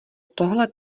tohle